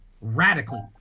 radically